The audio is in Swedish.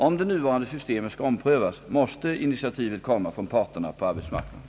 Om det nuvarande systemet skall omprövas måste initiativet komma från parterna på arbetsmarknaden.